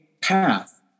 path